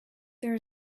there